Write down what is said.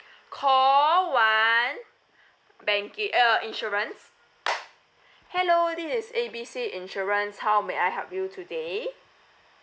call one banking uh insurance hello this is A B C insurance how may I help you today